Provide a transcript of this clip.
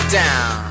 down